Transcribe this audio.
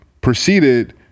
proceeded